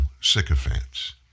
sycophants